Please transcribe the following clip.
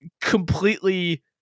completely